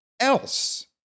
else